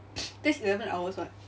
that's eleven hours [what]